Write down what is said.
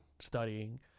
studying